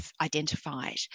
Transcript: identified